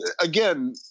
again